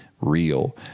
real